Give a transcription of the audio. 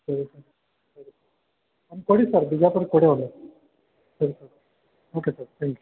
ಸರಿ sir one ಕೊಡಿ ಬಿಜಾಪುರ್ಕ ಕೊಡಿ ಒಂದು ಸರಿ sir okay sir thank you